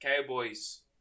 Cowboys